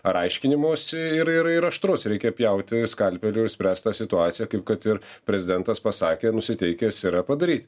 ar aiškinimosi ir ir ir aštrus reikia pjauti skalpeliu išspręstą situaciją kaip kad ir prezidentas pasakė nusiteikęs yra padaryt